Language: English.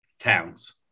towns